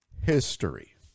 history